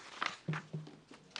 בבקשה.